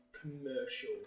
commercial